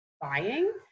buying